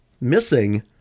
missing